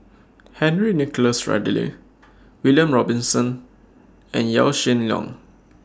Henry Nicholas Ridley William Robinson and Yaw Shin Leong